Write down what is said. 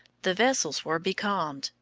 the vessels were becalmed,